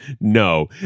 No